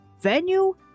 venue